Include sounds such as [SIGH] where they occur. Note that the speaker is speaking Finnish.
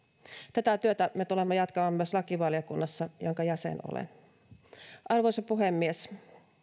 tätä työtä me tulemme jatkamaan myös lakivaliokunnassa jonka jäsen [UNINTELLIGIBLE] [UNINTELLIGIBLE] [UNINTELLIGIBLE] olen arvoisa puhemies